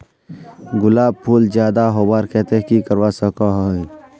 गुलाब फूल ज्यादा होबार केते की करवा सकोहो ही?